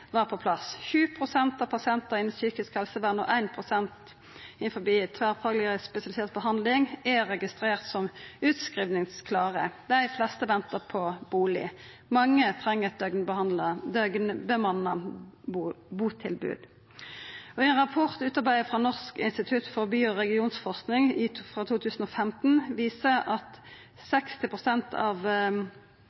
var på plass. 7 pst. av pasientane innanfor psykisk helsevern og 1 pst. innanfor tverrfagleg spesialisert behandling er registrerte som utskrivingsklare. Dei fleste ventar på bustad. Mange treng eit døgnbemanna butilbod. Ein rapport utarbeidd frå Norsk institutt for by- og regionforsking frå 2015 viser at